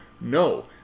No